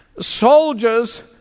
Soldiers